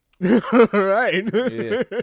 Right